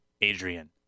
Adrian